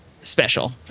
special